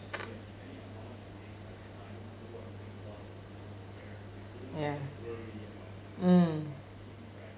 ya mm